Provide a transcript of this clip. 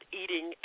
eating